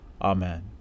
Amen